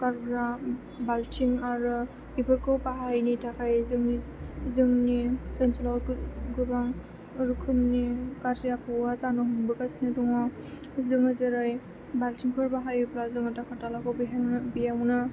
गारग्रा बालथिं आरो बेफोरखौ बाहायिनि थाखाय जोंनि जोंनि ओनसोलाव गोबां रोखोमनि गाज्रि आबहावा जानो हमबोगासिनो दङ जोङो जेरै बालथिंफोर बाहायोब्ला जोङो दाखोर दालाखौ बेयावनो